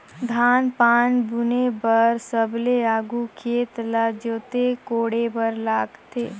धान पान बुने बर सबले आघु खेत ल जोते कोड़े बर लगथे